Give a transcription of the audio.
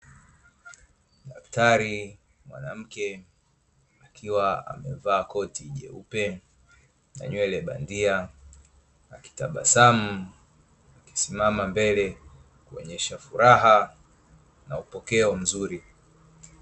Daktari Mwanamke akiwa amevaa koti jeupe na nywele bandia, akitabasamu akisimama mbele kuonyesha furaha na upokeo mzuri.